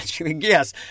Yes